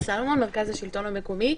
ממרכז השלטון המקומי.